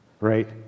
right